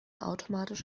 automatisch